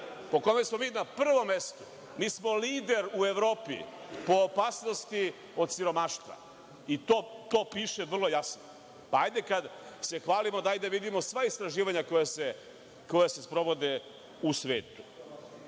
po kome smo mi na prvom mestu, mi smo lider u Evropi po opasnosti od siromaštva i to piše vrlo jasno pa kada se hvalimo, dajte da vidimo sva istraživanja koja se sprovode u svetu. Dačić